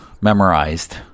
memorized